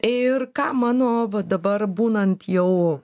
ir ką mano va dabar būnant jau